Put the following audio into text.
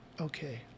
okay